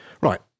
right